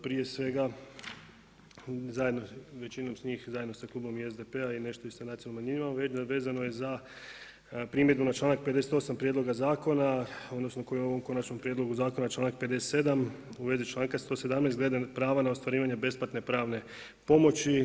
Prije svega većinom … zajedno sa klubom SDP-a nešto i sa nacionalnom manjinom, a vezano je za primjedbu na članak 58. prijedloga zakona odnosno koji je u ovom konačnom prijedlogu zakona članak 57. u vezi članka 117. glede prava na ostvarivanje besplatne pravne pomoći.